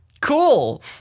cool